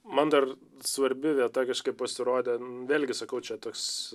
man dar svarbi vieta kažkaip pasirodė vėl gi sakau čia toks